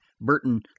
burton